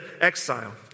exile